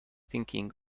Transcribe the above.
thinking